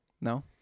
No